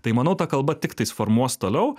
tai manau ta kalba tiktais formuos toliau